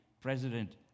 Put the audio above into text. President